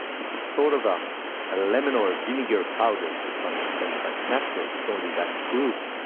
it's a sort of um ah lemon or vinegar powder, to some extent, but naturally it's only that fruit.